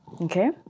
Okay